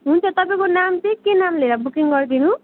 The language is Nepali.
हुन्छ तपाईँको नाम चाहिँ के नाम लिएर बुकिङ गरिदिनु